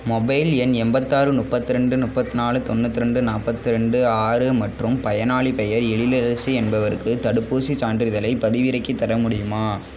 mobile எண் எண்பத்தாறு முப்பத்ரெண்டு முப்பத்நாலு தொண்ணூற்றி ரெண்டு நாற்பத்ரெண்டு ஆறு மற்றும் பயனாளிப் பெயர் எழிலரசி என்பவருக்கு தடுப்பூசிச் சான்றிதழைப் பதிவிறக்கித் தர முடியுமா